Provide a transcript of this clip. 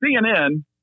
CNN